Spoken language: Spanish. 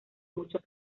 muchos